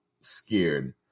scared